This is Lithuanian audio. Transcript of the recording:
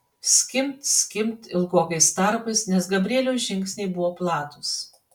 skimbt skimbt ilgokais tarpais nes gabrieliaus žingsniai buvo platūs